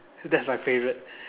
that's my favourite